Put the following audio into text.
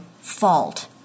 Fault